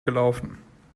gelaufen